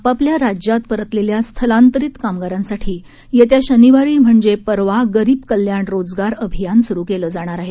आपापल्या राज्यात परतलेल्या स्थलांतरित कामगारांसाठी येत्या शनिवारी म्हणजे परवा गरीब कल्याण रोजगार अभियान सुरु केलं जाणार आहे